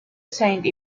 signed